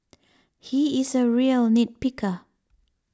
he is a real nit picker